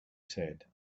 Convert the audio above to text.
said